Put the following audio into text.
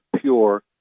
pure